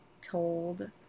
told